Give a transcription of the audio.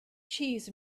cheese